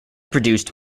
produced